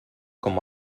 com